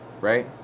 right